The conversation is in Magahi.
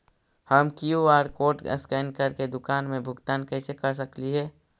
हम कियु.आर कोड स्कैन करके दुकान में भुगतान कैसे कर सकली हे?